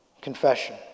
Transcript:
confession